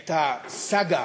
את הסאגה,